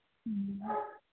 ꯎꯝ